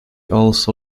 also